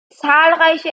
zahlreiche